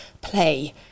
play